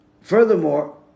furthermore